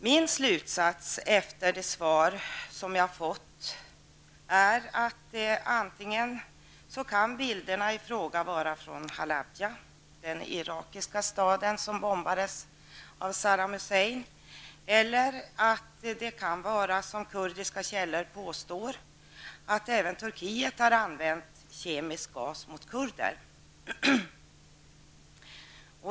Min slutsats, efter att ha tagit del av svaren som jag har fått, är att bilderna i fråga antingen är från Halabja, den irakiska staden som bombades av Saddam Hussein, eller från Turkiet. Kurdiska källor påstår att även Turkiet har använt sig av kemisk gas mot kurder.